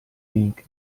link